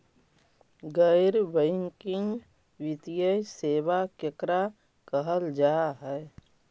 गैर बैंकिंग वित्तीय सेबा केकरा कहल जा है?